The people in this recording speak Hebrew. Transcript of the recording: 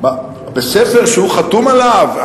בספר שהוא חתום עליו?